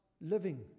living